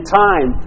time